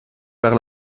par